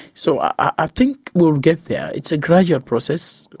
so i think we'll get there, it's a gradual process,